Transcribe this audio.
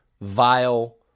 vile